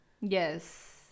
Yes